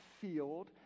field